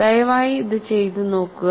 ദയവായി ഇത് ചെയ്തു നോക്കുക